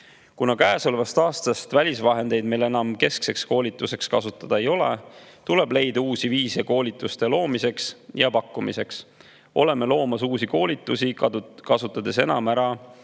Kuna käesolevast aastast meil välisvahendeid keskseks koolituseks enam kasutada ei ole, tuleb leida uusi viise koolituste loomiseks ja pakkumiseks. Oleme loomas uusi koolitusi, kasutades enam ära